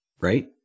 right